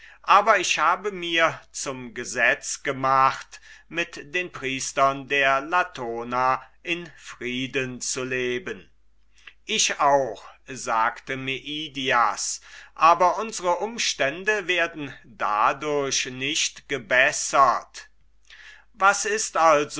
aber ich habe mir zum gesetze gemacht mit den priestern der latona in frieden zu leben ich auch sagte meidias aber unsre umstände werden dadurch nichts gebessert was ist